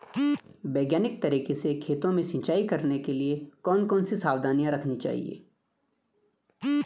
वैज्ञानिक तरीके से खेतों में सिंचाई करने के लिए कौन कौन सी सावधानी रखनी चाहिए?